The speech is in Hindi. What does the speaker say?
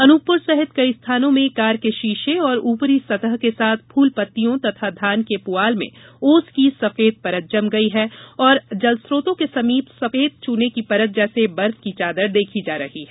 अनूपप्र सहित कई स्थानों में कार के शीशे और ऊपरी सतह के साथ फूल पत्तियों तथा धान के पूआल में ओस की सफेद परत जम गई और जलस्रोतों के समीप सफेद चूना की परत जैसे बर्फ की चादर देखी जा रही है